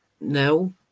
no